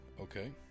Okay